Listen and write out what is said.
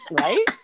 Right